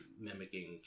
mimicking